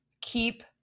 keep